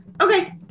Okay